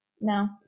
no